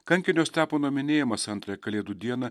kankinio stepono minėjimas antrąją kalėdų dieną